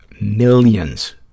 millions